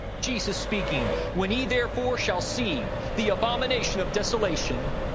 jesus speaking. when ye therefore shall see the abomination of desolation,